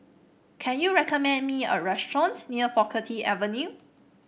can you recommend me a restaurant near Faculty Avenue